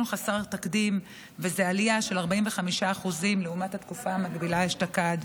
חסר תקדים וזה עלייה של 45% לעומת התקופה המקבילה אשתקד.